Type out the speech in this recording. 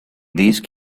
these